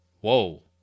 Whoa